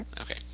Okay